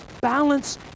balance